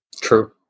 True